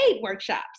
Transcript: workshops